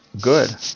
good